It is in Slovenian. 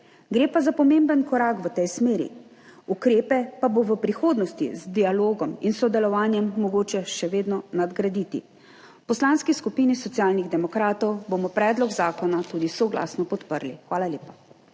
Gre pa za pomemben korak v tej smeri. Ukrepe pa bo v prihodnosti z dialogom in sodelovanjem mogoče še vedno nadgraditi. V Poslanski skupini Socialnih demokratov bomo predlog zakona tudi soglasno podprli. Hvala lepa.